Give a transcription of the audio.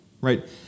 right